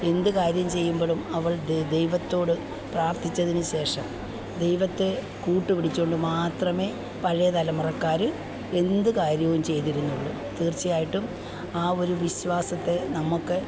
എന്ത് കാര്യം ചെയ്യുമ്പളും അവൾ ദൈവത്തോട് പ്രാർത്ഥിച്ചതിന് ശേഷം ദൈവത്തെ കൂട്ട് പിടിച്ചുകൊണ്ട് മാത്രമേ പഴയ തലമുറക്കാർ എന്ത് കാര്യവും ചെയ്തിരുന്നുള്ളൂ തീർച്ചയായിട്ടും ആ ഒരു വിശ്വാസത്തെ നമുക്ക്